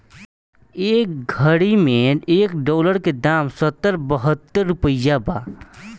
ए घड़ी मे एक डॉलर के दाम सत्तर बहतर रुपइया बा